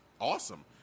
awesome